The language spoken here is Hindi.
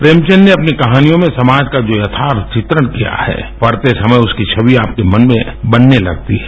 प्रेमचन्द ने अपनी कहानियों में समाज का जो यर्थाथ चित्रण किया है पढ़ते समय उसकी छवि आपके मन में बनने लगती है